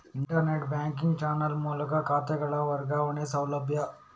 internet banking channel ಮೂಲಕ ಖಾತೆಗಳ ವರ್ಗಾವಣೆಯ ಸೌಲಭ್ಯ